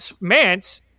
Mance